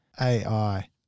AI